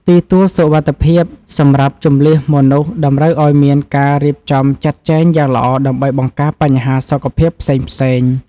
ទីទួលសុវត្ថិភាពសម្រាប់ជម្លៀសមនុស្សតម្រូវឱ្យមានការរៀបចំចាត់ចែងយ៉ាងល្អដើម្បីបង្ការបញ្ហាសុខភាពផ្សេងៗ។